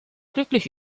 glücklich